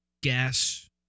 gas